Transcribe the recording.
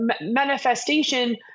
manifestation